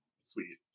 Sweet